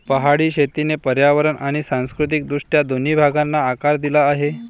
पहाडी शेतीने पर्यावरण आणि सांस्कृतिक दृष्ट्या दोन्ही भागांना आकार दिला आहे